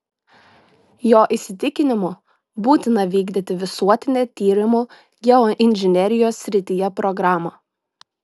jo įsitikinimu būtina vykdyti visuotinę tyrimų geoinžinerijos srityje programą